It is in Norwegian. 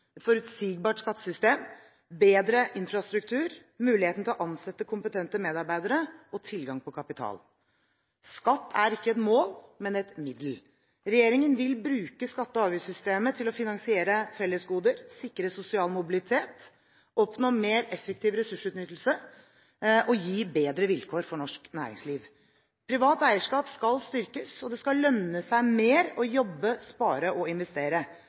et forutsigbart skattesystem, bedre infrastruktur, muligheten til å ansette kompetente medarbeidere og tilgang på kapital. Skatt er ikke et mål, men et middel. Regjeringen vil bruke skatte- og avgiftssystemet til å finansiere fellesgoder, sikre sosial mobilitet, oppnå mer effektiv ressursutnyttelse og gi bedre vilkår for norsk næringsliv. Privat eierskap skal styrkes, og det skal lønne seg mer å jobbe, spare og investere.